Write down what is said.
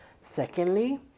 Secondly